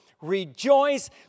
rejoice